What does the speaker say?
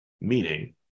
Meaning